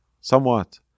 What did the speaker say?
somewhat